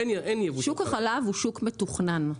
שוק החלב הוא שוק מתוכנן,